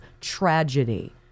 tragedy